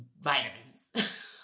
vitamins